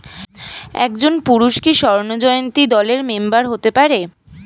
একজন পুরুষ কি স্বর্ণ জয়ন্তী দলের মেম্বার হতে পারে?